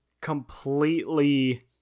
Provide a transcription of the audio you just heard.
completely